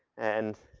and,